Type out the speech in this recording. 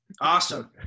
Awesome